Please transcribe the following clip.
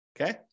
Okay